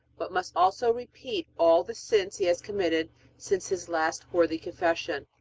but must also repeat all the sins he has committed since his last worthy confession.